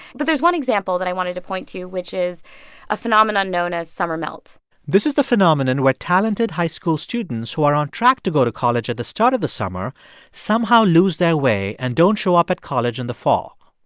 but there's one example that i wanted to point to, which is a phenomenon known as summer melt this is the phenomenon where talented high school students who are on track to go to college at the start of the summer somehow lose their way and don't show up at college in the fall.